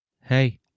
Hey